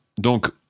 Donc